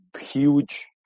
huge